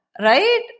right